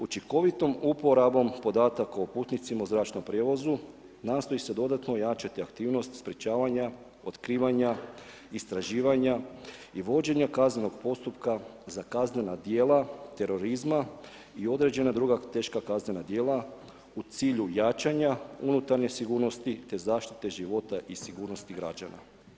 Učinkovitom uporabom podataka o putnicima u zračnom prijevozu, nastoji se dodatno ojačati aktivnost sprečavanja otkrivanja, istraživanja i vođenja kaznenog postupka za kaznena djela terorizma i određena druga teška kaznena djela u cilju jačanja unutarnje sigurnosti, te zaštite života i sigurnosti građana.